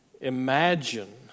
Imagine